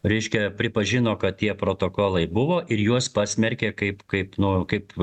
reiškia pripažino kad tie protokolai buvo ir juos pasmerkė kaip kaip nu kaip